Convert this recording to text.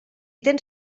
tens